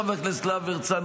חבר הכנסת להב הרצנו,